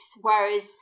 Whereas